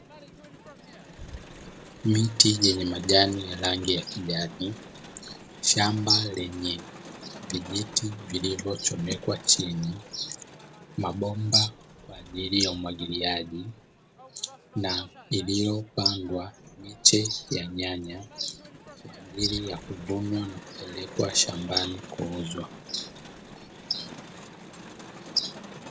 Miti yenye majani ya rangi ya kijani, shamba lenye vijiti vilivyochomekwa chini, mabomba kwa ajili ya umwagiliaji na iliyopandwa miche ya nyanya kwa ajili ya kuvunwa na kupelekwa shambani kuuzwa.